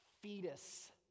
fetus